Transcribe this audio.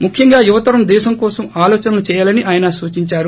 ముఖ్యంగా యువతరం దేశం కోసం ఆలోచనలు చేయాలని ఆయన సూచించారు